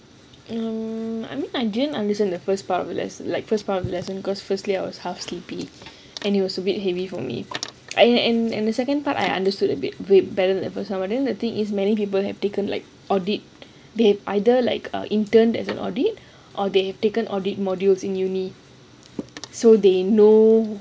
um I'm I didn't understand the first part of the lesson because firstly I was half sleepy and it was a bit heavy for me I in in the second part I understood a bit wait better than the first one but then I think many people have taken like audit they have either like interned as an audit or they have taken audit modules in uni so they know